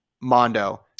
Mondo